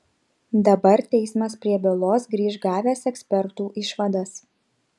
dabar teismas prie bylos grįš gavęs ekspertų išvadas